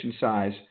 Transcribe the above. size